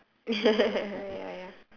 ya ya